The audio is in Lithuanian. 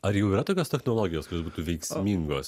ar jau yra tokios technologijos kurios būtų veiksmingos